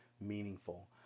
meaningful